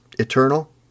eternal